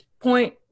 point